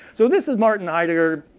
so this is martin heidegger,